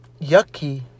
yucky